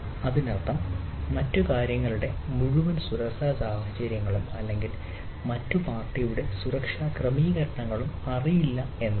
അതിനർത്ഥം മറ്റ് കാര്യങ്ങളുടെ മുഴുവൻ സുരക്ഷാ സാഹചര്യങ്ങളും അല്ലെങ്കിൽ മറ്റ് പാർട്ടിയുടെ സുരക്ഷാ ക്രമീകരണങ്ങളും അറിയില്ല എന്നാണ്